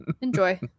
enjoy